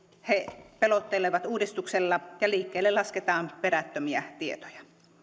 he pelottelevat uudistuksella ja liikkeelle lasketaan perättömiä tietoja